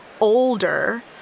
older